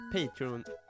Patreon-